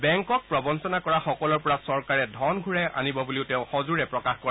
বেংকক প্ৰৱঞ্চনা কৰা সকলৰ পৰা চৰকাৰে ধন ঘূৰাই আনিব বুলিও তেওঁ সজোৰে প্ৰকাশ কৰে